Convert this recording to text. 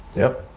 yep.